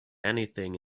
anything